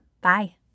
Bye